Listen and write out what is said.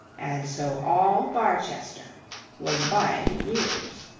and so all barchester was by the ears.